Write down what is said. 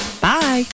Bye